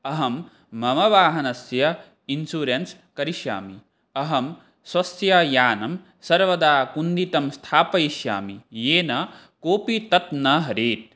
अहं मम वाहनस्य इन्शूरेन्स् करिष्यामि अहं स्वस्य यानं सर्वदा उन्नितं स्थापयिष्यामि येन कोऽपि तत् न हरेत्